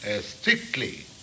strictly